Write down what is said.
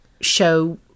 show